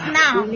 now